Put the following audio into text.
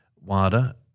WADA